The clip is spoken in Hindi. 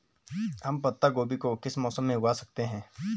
हम पत्ता गोभी को किस मौसम में उगा सकते हैं?